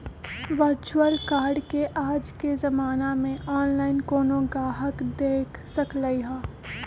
virtual card के आज के जमाना में ऑनलाइन कोनो गाहक देख सकलई ह